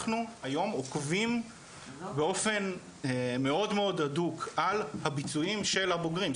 אנחנו היום עוקבים באופן מאוד מאוד הדוק על הביצועים של הבוגרים,